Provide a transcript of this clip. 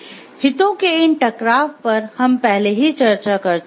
हितों के इन टकराव पर हम पहले ही चर्चा कर चुके हैं